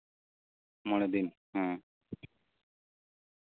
ᱢᱚᱬᱮ ᱫᱤᱱ ᱦᱮᱸ